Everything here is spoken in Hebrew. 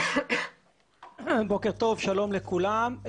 בוקר טוב, שלום לכולם.